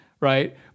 right